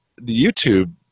YouTube